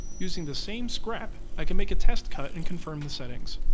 using the same scrap, i can make a test cut and confirm the settings.